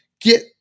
get